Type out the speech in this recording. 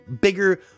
bigger